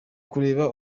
kureba